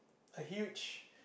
a huge